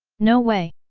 no way!